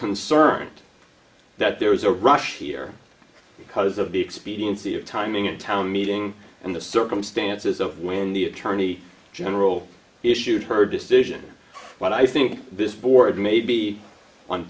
concerned that there is a rush here because of the expediency of timing of town meeting and the circumstances of when the attorney general issued her decision what i think this board may be on